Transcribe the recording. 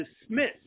dismissed